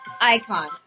icon